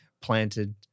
planted